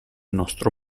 nostro